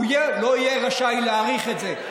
הוא לא יהיה רשאי להאריך את זה.